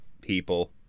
people